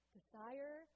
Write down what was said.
Desire